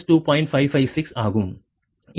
556 ஆகும்